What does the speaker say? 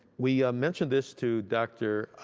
we mentioned this to dr.